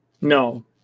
No